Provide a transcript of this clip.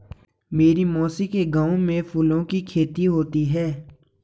मेरी मौसी के गांव में फूलों की खेती होती है